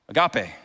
agape